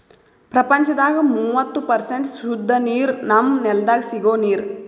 ಪ್ರಪಂಚದಾಗ್ ಮೂವತ್ತು ಪರ್ಸೆಂಟ್ ಸುದ್ದ ನೀರ್ ನಮ್ಮ್ ನೆಲ್ದಾಗ ಸಿಗೋ ನೀರ್